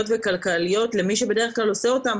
וכלכליות למי שבדרך כלל עושה אותן,